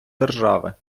держави